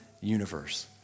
universe